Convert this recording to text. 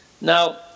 Now